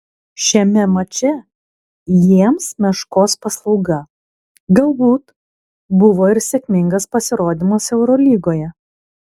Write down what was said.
šiame mače jiems meškos paslauga galbūt buvo ir sėkmingas pasirodymas eurolygoje